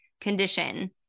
condition